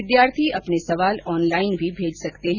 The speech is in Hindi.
विद्यार्थी अपने सवाल ऑनलाइन भी भेज सकते हैं